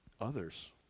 others